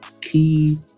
key